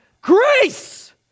grace